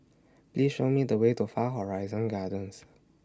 Please Show Me The Way to Far Horizon Gardens